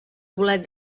bolet